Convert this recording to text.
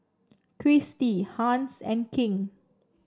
Christi Hans and King